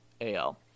AL